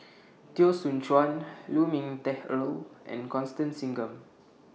Teo Soon Chuan Lu Ming Teh Earl and Constance Singam